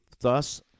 Thus